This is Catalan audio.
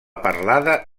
parlada